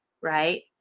right